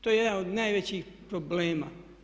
To je jedan od najvećih problema.